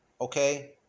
okay